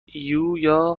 gen